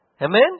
Amen